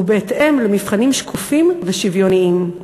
ובהתאם למבחנים שקופים ושוויוניים.